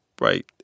right